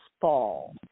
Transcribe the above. fall